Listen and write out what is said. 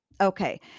Okay